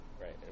right